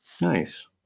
nice